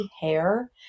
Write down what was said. hair